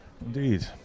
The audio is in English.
Indeed